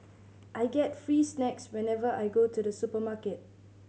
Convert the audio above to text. I get free snacks whenever I go to the supermarket